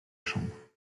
chambre